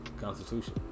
Constitution